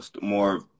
more